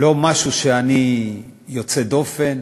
לא משהו שאני, יוצא דופן.